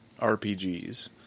RPGs